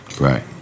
Right